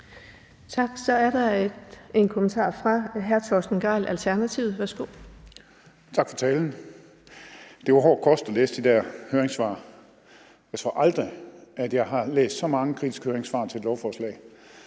Tak. Så er der en kommentar fra hr. Torsten Gejl, Alternativet. Værsgo. Kl. 12:15 Torsten Gejl (ALT): Tak for talen. Det var hård kost at læse de der høringssvar. Jeg tror aldrig, at jeg har læst så mange kritiske høringssvar til et lovforslag,